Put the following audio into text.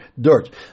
dirt